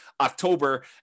October